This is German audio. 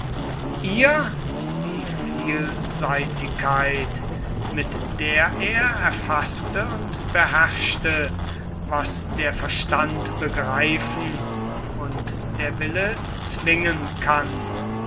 ihr die vielseitigkeit mit der er erfaßte und beherrschte was der verstand begreifen und der wille zwingen kann